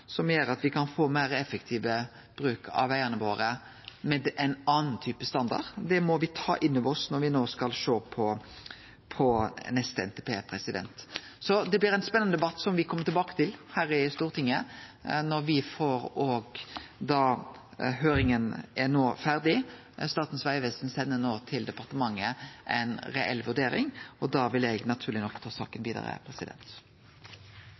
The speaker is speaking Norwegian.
som gjer at me kan få ein meir effektiv bruk av vegane våre med ein annan type standard, når me skal sjå på den neste NTP-en. Det blir ein spennande debatt, som me kjem tilbake til her i Stortinget. Høyringa er no ferdig. Statens vegvesen sender no ei reell vurdering til departementet, og da vil eg naturleg nok ta saka